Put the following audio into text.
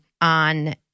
on